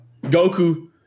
Goku